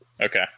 okay